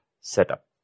setup